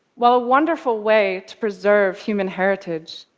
while a wonderful way to preserve human heritage,